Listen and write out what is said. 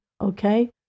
Okay